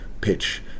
pitch